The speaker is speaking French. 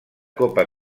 copa